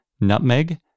Nutmeg